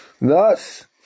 Thus